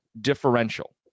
differential